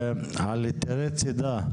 על היתרי צידה,